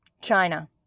China